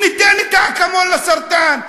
ניתן את האקמול לסרטן.